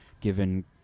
given